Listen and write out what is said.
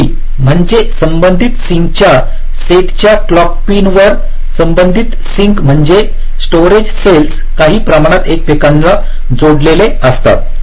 locally म्हणजे संबंधित सिंकच्या सेटच्या क्लॉक पिनवर संबंधित सिंक म्हणजे स्टोरेज सेल्स काही प्रमाणात एकमेकांना जोडलेले असतात